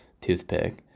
toothpick